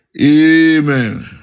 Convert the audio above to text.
Amen